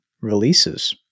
releases